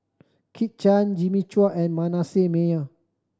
Kit Chan Jimmy Chua and Manasseh Meyer